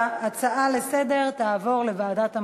ההצעה תעבור לוועדת המדע.